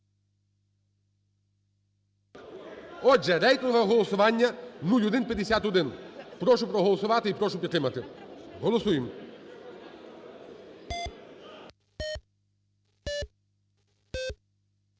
Отже, рейтингове голосування (0151). Прошу проголосувати. І прошу підтримати. Голосуємо.